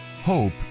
hope